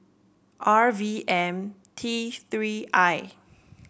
R V M T Three I